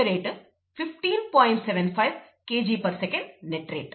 75 Kgsec net rate